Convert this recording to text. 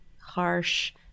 harsh